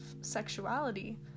sexuality